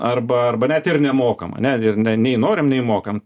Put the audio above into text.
arba net ir nemokam ane nei norim nei mokam tai reiškia